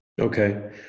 Okay